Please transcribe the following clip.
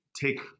take